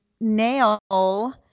nail